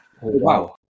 Wow